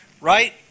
Right